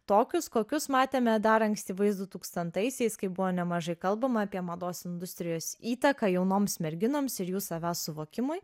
tokius kokius matėme dar ankstyvais du tūkstantaisias kai buvo nemažai kalbama apie mados industrijos įtaką jaunoms merginoms ir jų savęs suvokimui